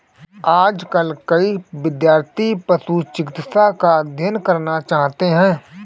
आजकल कई विद्यार्थी पशु चिकित्सा का अध्ययन करना चाहते हैं